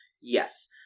yes